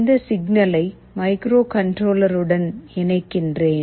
இந்த சிக்னலை மைக்ரோகண்ட்ரோலருடன் இணைக்கின்றேன்